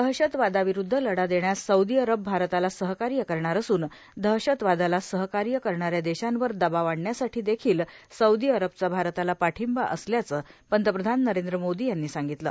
दहशतवादाविरूद्ध लढा देण्यास Saudi Arab भारताला सहकार्य करणार असून दहशतवादाला सहकार्य करणाऱ्या देशांवर दबाव आणण्यासाठी देखिल सौदी अरबचा भारताला पाठिंबा असल्याचं पंतप्रधान नरेंद्र मोदी यांनी सांगितलं